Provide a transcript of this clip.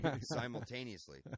simultaneously